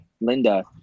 linda